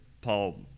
Paul